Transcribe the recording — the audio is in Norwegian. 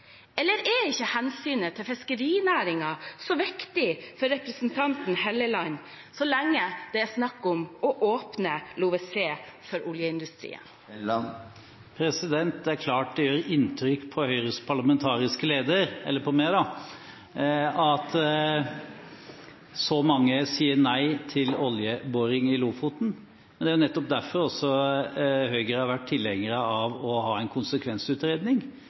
eller er ikke hensynet til fiskerinæringen så viktig for representanten Helleland så lenge det er snakk om å åpne LoVeSe for oljeindustrien? Det er klart det gjør inntrykk på meg som Høyres parlamentariske leder at så mange sier nei til oljeboring i Lofoten. Det er nettopp derfor Høyre har vært tilhenger av å ha en konsekvensutredning.